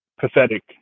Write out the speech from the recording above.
pathetic